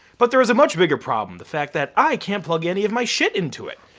but there is a much bigger problem. the fact that i can't plug any of my shit into it.